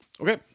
Okay